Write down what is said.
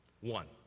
one